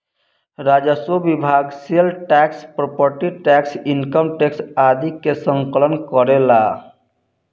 राजस्व विभाग sale tax property tax income tax आदि के संकलन करेला